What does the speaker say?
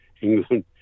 England